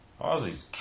Ozzy's